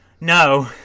No